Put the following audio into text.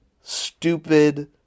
stupid